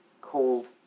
called